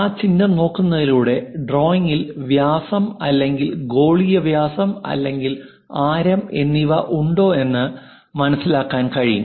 ആ ചിഹ്നം നോക്കുന്നതിലൂടെ ഡ്രോയിംഗിൽ വ്യാസം അല്ലെങ്കിൽ ഗോളീയ വ്യാസം അല്ലെങ്കിൽ ആരം എന്നിവ ഉണ്ടോ എന്ന് മനസിലാക്കാൻ കഴിയും